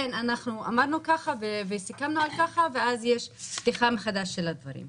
אמרנו כך וסיכמנו כך ואז יש פתיחה מחדש של הדברים.